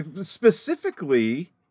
specifically